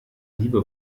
liebe